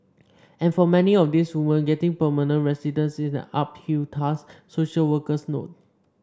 and for many of these women getting permanent residence is an uphill task social workers note